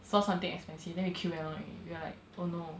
saw something expensive then we queue very long already we are like oh no